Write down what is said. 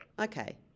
Okay